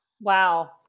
Wow